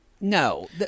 No